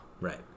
Right